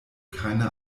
keine